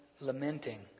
lamenting